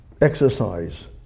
exercise